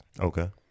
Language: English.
Okay